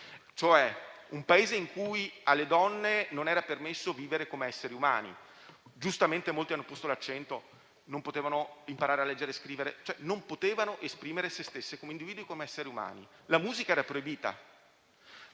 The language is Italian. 2001: un Paese in cui alle donne non era permesso vivere come esseri umani; giustamente molti hanno posto l'accento sul fatto che non potevano imparare a leggere e scrivere e non potevano esprimere se stesse come individui e come essere umani. La musica era proibita.